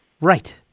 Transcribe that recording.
Right